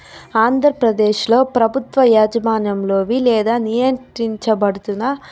ఆంధ్రప్రదేశ్లో ప్రభుత్వ యాజమాన్యాములోవి లేదా నియంత్రించబడుతున్న